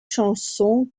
chansons